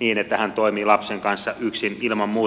niin että hän toimii lapsen kanssa yksin ilman muuta ryhmää